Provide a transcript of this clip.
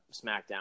SmackDown